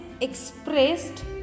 expressed